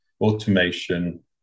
automation